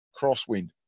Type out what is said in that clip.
crosswind